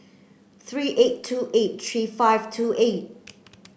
three eight two eight three five two eight